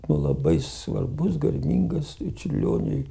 buvo labai svarbus garbingas čiurlioniui